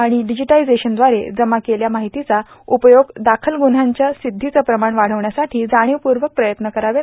आणि डिजिटायझेशनद्वारे जमा केलेल्या माहितीचा उपयोग दाखल गुन्ह्यांच्या सिद्धीचं प्रमाण वाढविण्यासाठी जाणीवपूर्वक प्रयत्न करण्यात यावेत